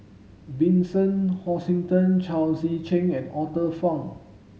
Vincent Hoisington Chao Tzee Cheng and Arthur Fong